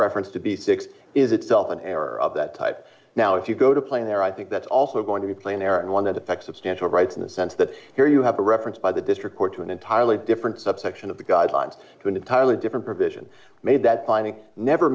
reference to be six is itself an error of that type now if you go to playing there i think that's also going to be plain error and one that affects substantial rights in the sense that here you have a reference by the district court to an entirely different subsection of the guidelines to an entirely different provision made that finding never